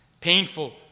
Painful